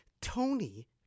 Tony